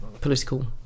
political